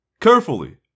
carefully